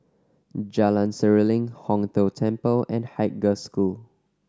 Jalan Seruling Hong Tho Temple and Haig Girls' School